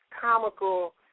comical